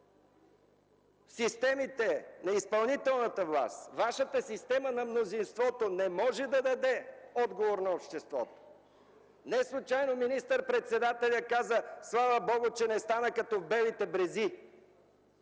системите на изпълнителната власт, Вашата система на мнозинството не може да даде отговор на обществото. Не случайно министър-председателят каза: „Слава Богу, че не стана като в „Белите брези”.